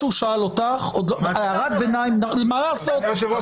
מה לעשות?